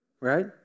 right